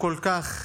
כל כך